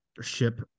ship